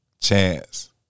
chance